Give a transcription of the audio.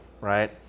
right